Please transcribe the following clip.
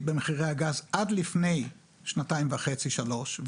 במחירי הגז עד לפני שנתיים וחצי-שלוש.